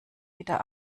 wieder